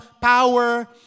power